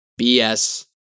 BS